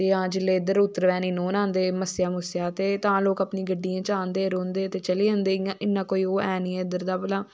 ते हां जेल्ले इध्दर उत्तरवैनी न्होंन आंदे मस्सेआ मुस्सेआ ते तां लोग अपनी गड्डियें चा आंदे रौंह्ंदे ते चली जंदे इयां इन्ना कोई ओह् है नी इद्धर दा